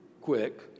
quick